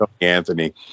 Anthony